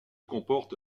comporte